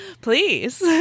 Please